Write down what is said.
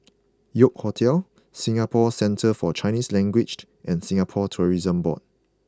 York Hotel Singapore Centre For Chinese Language and Singapore Tourism Board